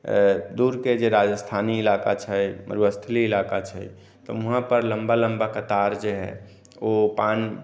दूरके जे राजस्थानी इलाका छै मरुस्थली इलाका छै तऽ वहाँ पर लम्बा लम्बा कतार जे हइ ओ पानि